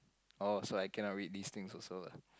oh so I cannot read this thing also lah